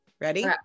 Ready